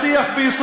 מה השאלה שלך?